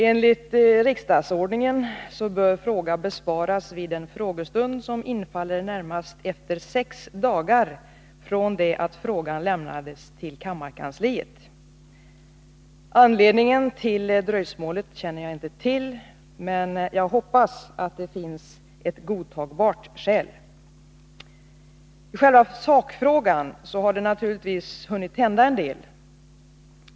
Enligt riksdagsordningen bör fråga besvaras vid den frågestund som infaller närmast efter sex dagar från det att frågan lämnades till kammarkansliet. Anledningen till dröjsmålet känner jag inte till, men jag hoppas att det finns ett godtagbart skäl. I själva sakfrågan har det naturligtvis hunnit hända en del.